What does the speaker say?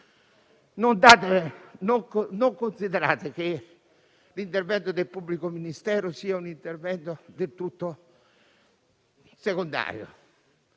non considerate che l'intervento del pubblico ministero sia del tutto secondario.